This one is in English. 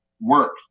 work